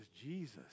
Jesus